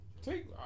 Take